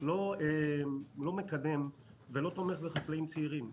לא מקדם ולא תומך בחקלאים צעירים.